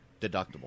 deductible